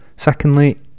Secondly